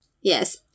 Yes